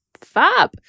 fab